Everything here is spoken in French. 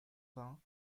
vingt